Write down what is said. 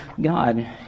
God